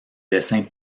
dessin